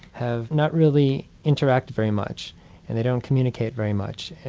have not really interacted very much and they don't communicate very much.